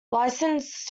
licensed